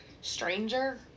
stranger